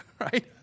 right